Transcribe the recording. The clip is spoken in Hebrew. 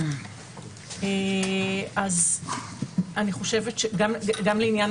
גם לעניין